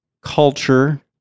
culture